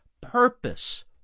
purpose